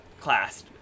class